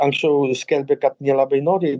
anksčiau skelbė kad nelabai nori